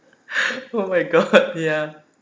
oh my god ya